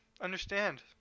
understand